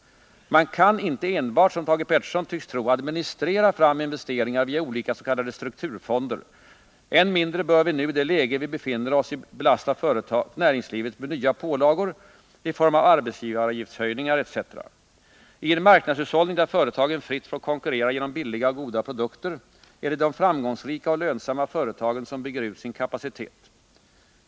Man kan inte enbart, som Thage Peterson tycks tro, administrera fram investeringar via olika s.k. strukturfonder. Än mindre bör vi nu i det läge vi befinner oss i belasta näringslivet med nya pålagor i form av arbetsgivaravgiftshöjningar etc. I en marknadshushållning där företagen fritt får konkurrera genom billiga och goda produkter är det de framgångsrika och lönsamma företagen som bygger ut sin kapacitet.